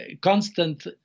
constant